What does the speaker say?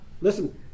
listen